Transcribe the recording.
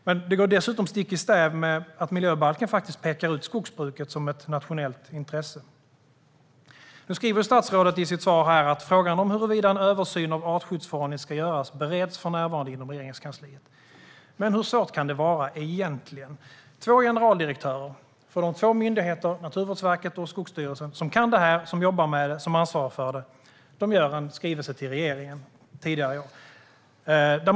Detta går dessutom stick i stäv med att miljöbalken pekar ut skogsbruket som ett nationellt intresse. Statsrådet säger i sitt svar: "Frågan om huruvida en översyn av artskyddsförordningen ska göras bereds för närvarande inom Regeringskansliet." Men hur svårt kan det egentligen vara? Generaldirektörerna för de två myndigheter som kan det här, jobbar med det och ansvarar för det, Naturvårdsverket och Skogsstyrelsen, skickade en skrivelse till regeringen tidigare i år.